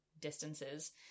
distances